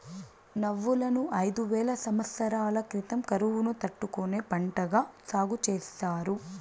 నువ్వులను ఐదు వేల సమత్సరాల క్రితం కరువును తట్టుకునే పంటగా సాగు చేసారు